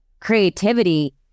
creativity